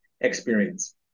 experience